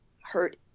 hurt